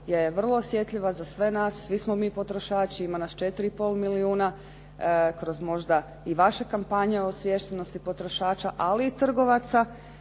je vrlo osjetljiva za sve nas, svi smo mi potrošači, ima nas 4,5 milijuna kroz možda i vaše kampanje o osviještenosti potrošača ali i trgovaca